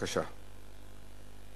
לפיכך אני